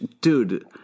dude